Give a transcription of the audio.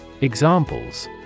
Examples